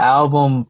album